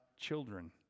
children